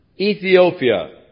Ethiopia